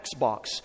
Xbox